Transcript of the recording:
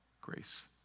grace